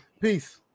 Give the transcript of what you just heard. Peace